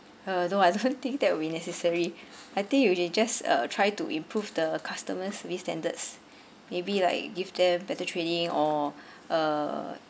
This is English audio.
uh no I don't think that will be necessary I think you only just uh try to improve the customer service standards maybe like give them better training or uh